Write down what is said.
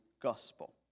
gospel